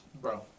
Bro